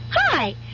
Hi